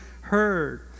heard